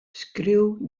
skriuw